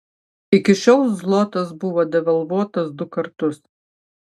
iki šiol zlotas buvo devalvuotas du kartus